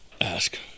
ask